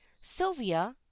Sylvia